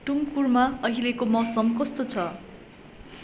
टुमकुरमा अहिलेको मौसम कस्तो छ